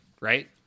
right